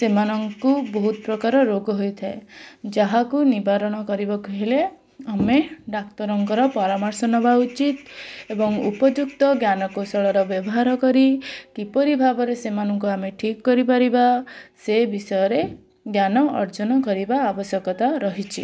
ସେମାନଙ୍କୁ ବହୁତ ପ୍ରକାର ରୋଗ ହେଇଥାଏ ଯାହାକୁ ନିବାରଣ କରିବାକୁ ହେଲେ ଆମେ ଡାକ୍ତରଙ୍କର ପରାମର୍ଶ ନେବା ଉଚିତ ଏବଂ ଉପଯୁକ୍ତ ଜ୍ଞାନ କୌଶଳର ବ୍ୟବହାର କରି କିପରି ଭାବରେ ସେମାନଙ୍କୁ ଆମେ ଠିକ କରିପାରିବା ସେ ବିଷୟରେ ଜ୍ଞାନ ଅର୍ଜନ କରିବା ଆବଶ୍ୟକତା ରହିଛି